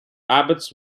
abbots